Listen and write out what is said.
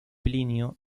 plinio